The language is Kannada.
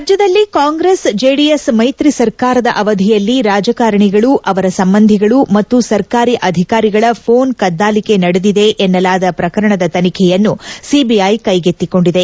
ರಾಜ್ಯದಲ್ಲಿ ಕಾಂಗ್ರೆಸ್ ಜೆಡಿಎಸ್ ಮೈತ್ರಿ ಸರ್ಕಾರದ ಅವಧಿಯಲ್ಲಿ ರಾಜಕಾರಣಿಗಳು ಅವರ ಸಂಬಂಧಿಗಳು ಮತ್ತು ಸರ್ಕಾರಿ ಅಧಿಕಾರಿಗಳ ಫೋನ್ ಕದ್ದಾಲಿಕೆ ನಡೆದಿದೆ ಎನ್ನಲಾದ ಪ್ರಕರಣದ ತನಿಖೆಯನ್ನು ಸಿಬಿಐ ಕೈಗೆತ್ತಿಕೊಂಡಿದೆ